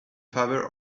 father